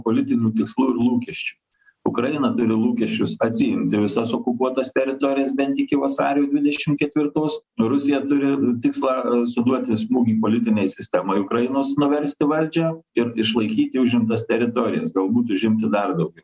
politinių tikslų ir lūkesčių ukraina turi lūkesčius atsiimti visas okupuotas teritorijas bent iki vasario dvidešim ketvirtos rusija turi tikslą suduoti smūgį politinei sistemai ukrainos nuversti valdžią ir išlaikyti užimtas teritorijas galbūt užimti dar daugiau